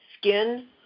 skin